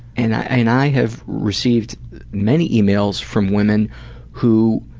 and i have received many emails from women who